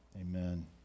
Amen